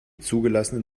zugelassenen